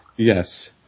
Yes